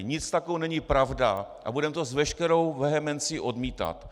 Nic takového není pravda a budeme to s veškerou vehemencí odmítat.